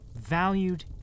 valued